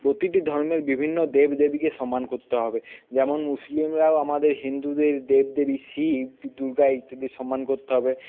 প্রতিটি ধর্মের বিভিন্ন দেবদেবীকে সম্মান করতে হবে যেমন মুসলিমরাও আমাদের হিন্দুদের দেবদেবী শিব দুর্গা ইত্যাদি সম্মান করতে হবে